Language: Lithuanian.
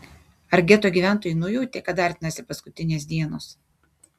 ar geto gyventojai nujautė kad artinasi paskutinės dienos